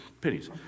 pennies